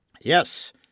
Yes